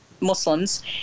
muslims